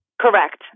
Correct